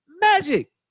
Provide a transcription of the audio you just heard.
Magic